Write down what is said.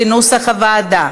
כנוסח הוועדה.